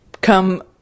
come